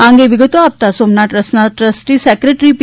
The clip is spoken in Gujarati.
આ અંગે વિગતો આપતાં સોમનાથ ટ્રસ્ટના ટ્રસ્ટી સેક્રેટરી પી